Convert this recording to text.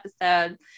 episode